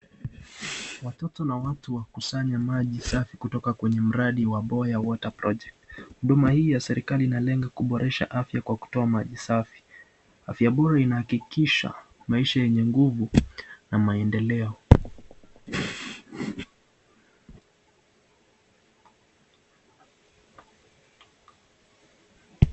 Watoto na watu wa kusanya maji safi kutoka kwenye mradi wa Boya Water Project, huduma hii ya serikali inalenga kuboresha afya kutoa maji safi, afya bora inahakikisha maisha yenye nguvu na maendeleo.